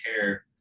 care